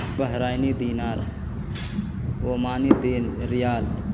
بحرائنی دینار عمانی ریال